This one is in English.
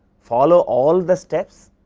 follow all the steps